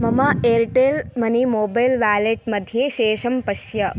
मम Airtel money mobile wallet मध्ये शेषं पश्य